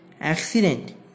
accident